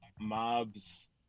Mob's